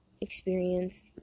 experience